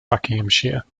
buckinghamshire